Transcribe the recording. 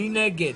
מי נגד?